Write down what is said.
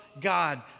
God